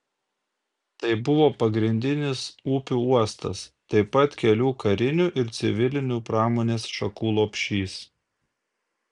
tai buvo pagrindinis upių uostas taip pat kelių karinių ir civilinių pramonės šakų lopšys